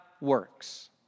works